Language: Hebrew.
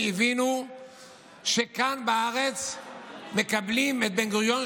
הבינו שכאן בארץ מקבלים את בן-גוריון,